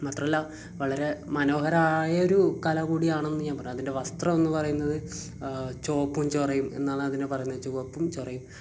മാത്രമല്ല വളരെ മനോഹരമായ ഒരു കല കൂടിയാണെന്ന് ഞാൻ പറയാം അതിൻ്റെ വസ്ത്രം എന്ന് പറയുന്നത് ചുവപ്പും ചൊറയും എന്നാണ് അതിന് പറയുന്നത് ചുവപ്പും ചൊറയും